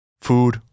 Food